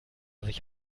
sich